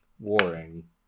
warring